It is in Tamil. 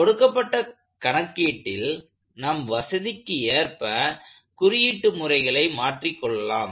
ஆனால் கொடுக்கப்பட்ட கணக்கீட்டில் நம் வசதிக்கு ஏற்ப குறியீட்டு முறைகளை மாற்றிக் கொள்ளலாம்